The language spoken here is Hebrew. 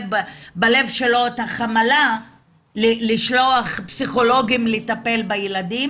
בליבו את החמלה לשלוח פסיכולוגים לטפל בילדים